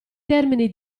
termini